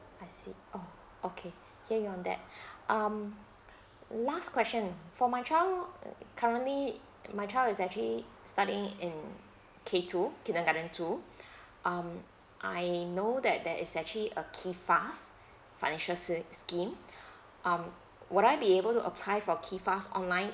I see oh okay hear you on that um last question for my child uh currently my child is actually studying in K two kindergarten two um I know that there is actually a kifas financial sch~ scheme um would I be able to apply for kifas online